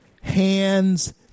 hands